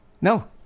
no